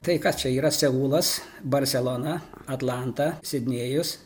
tai ką čia yra seulas barselona atlanta sidnėjus